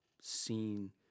seen